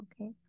okay